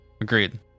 Agreed